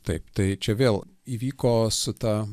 taip tai čia vėl įvyko su ta